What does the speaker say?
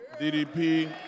DDP